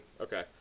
okay